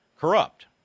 corrupt